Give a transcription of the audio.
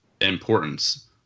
importance